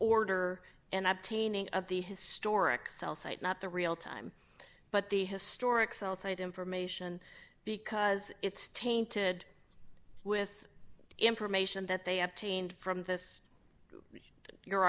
order and obtaining of the historic cell site not the real time but the historic cell site information because it's tainted with information that they obtained from this your